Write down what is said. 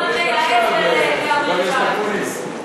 אני לא חושבת שהם רוצים, חבר הכנסת אקוניס.